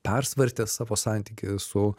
persvartė savo santykį su